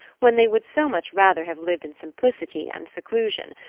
when they would so much rather have lived in simplicity and seclusion,